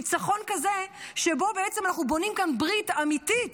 ניצחון כזה שבו בעצם אנחנו בונים כאן ברית אמיתית